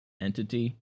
entity